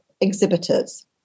exhibitors